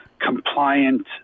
compliant